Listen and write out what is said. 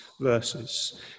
verses